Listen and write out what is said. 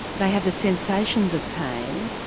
they have the sensations of pain,